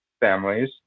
families